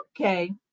Okay